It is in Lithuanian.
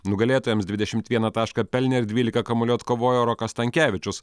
nugalėtojams dvidešimt vieną tašką pelnė ir dvyliką kamuolių atkovojo rokas stankevičius